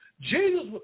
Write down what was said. Jesus